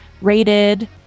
rated